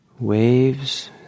Waves